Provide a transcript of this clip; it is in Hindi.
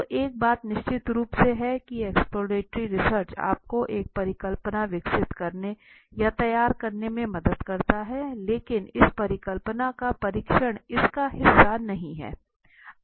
तो एक बात निश्चित रूप से है कि एक्सप्लोरेटरी रिसर्च आपको एक परिकल्पना विकसित करने या तैयार करने में मदद करता है लेकिन इस परिकल्पना का परीक्षण इसका हिस्सा नहीं है